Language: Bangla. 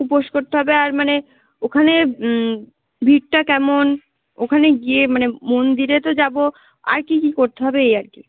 উপোস করতে হবে আর মানে ওখানে ভিড়টা কেমন ওখানে গিয়ে মানে মন্দিরে তো যাবো আর কী কী করতে হবে এই আর কী